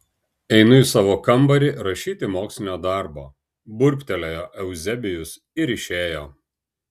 einu į savo kambarį rašyti mokslinio darbo burbtelėjo euzebijus ir išėjo